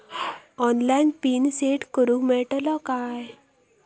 Online pin set करूक मेलतलो काय?